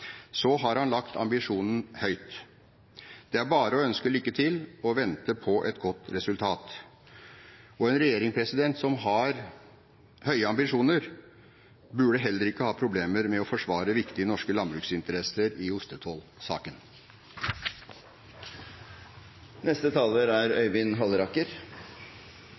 så har han lagt ambisjonene høyt. Det er bare å ønske lykke til og vente på et godt resultat. En regjering som har høye ambisjoner, burde heller ikke ha problemer med å forsvare viktige norske landbruksinteresser i